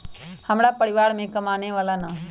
हमरा परिवार में कमाने वाला ना है?